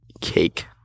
cake